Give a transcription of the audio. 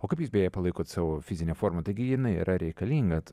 o kaip jūs beje palaikot savo fizinę formą taigi jinai yra reikalinga